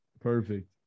Perfect